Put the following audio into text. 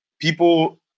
people